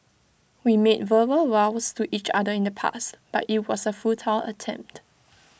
we made verbal vows to each other in the past but IT was A futile attempt